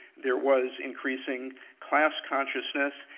there was increasing class consciousness,